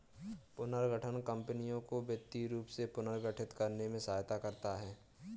पुनर्गठन कंपनियों को वित्तीय रूप से पुनर्गठित करने में सहायता करता हैं